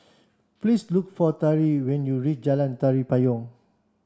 please look for Tari when you reach Jalan Tari Payong